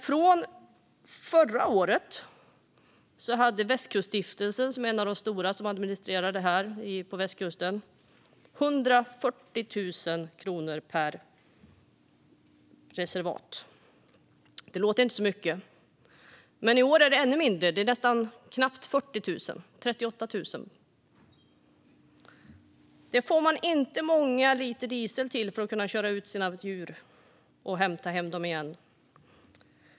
Från förra året hade Västkuststiftelsen, som är en av de stora som administrerar det här, 140 000 kronor per reservat. Det låter inte så mycket, men i år är det ännu mindre. Det är knappt 40 000 - 38 000 är det. För det får man inte många liter diesel till att köra ut sina djur och hämta hem dem igen.